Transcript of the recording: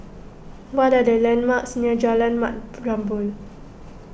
what are the landmarks near Jalan Mat Jambol